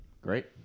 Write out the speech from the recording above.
Great